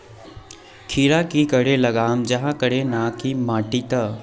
खीरा की करे लगाम जाहाँ करे ना की माटी त?